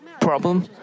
problem